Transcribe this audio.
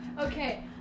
Okay